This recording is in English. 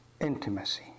intimacy